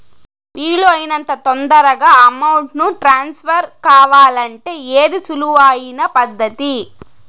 వీలు అయినంత తొందరగా అమౌంట్ ను ట్రాన్స్ఫర్ కావాలంటే ఏది సులువు అయిన పద్దతి